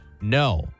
No